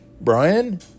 Brian